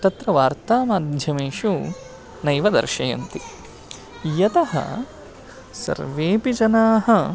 तत्र वार्तामाध्यमेषु नैव दर्शयन्ति यतः सर्वेपि जनाः